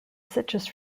citrus